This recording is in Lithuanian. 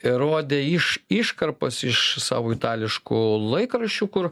ir rodė iš iškarpas iš savo itališkų laikraščių kur